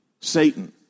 Satan